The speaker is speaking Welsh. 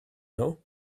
nhw